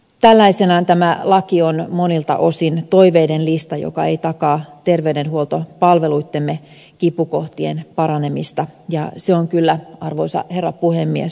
tällaisenaan tämä laki on monilta osin toiveiden lista joka ei takaa terveydenhuoltopalveluittemme kipukohtien paranemista ja se on kyllä arvoisa herra puhemies sääli